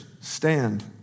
stand